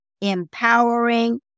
empowering